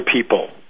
people